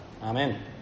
Amen